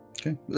Okay